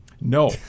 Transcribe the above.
No